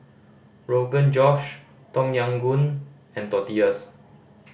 Rogan Josh Tom Yam Goong and Tortillas